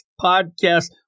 podcast